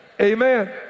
Amen